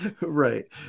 Right